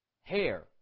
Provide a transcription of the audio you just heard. hair